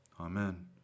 Amen